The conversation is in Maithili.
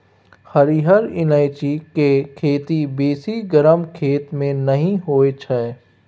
हरिहर ईलाइची केर खेती बेसी गरम खेत मे नहि होइ छै